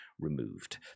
removed